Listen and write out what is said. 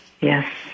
Yes